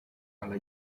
alla